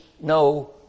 no